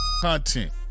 content